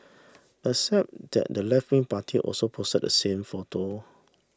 except that the leftwing party also posted the same photo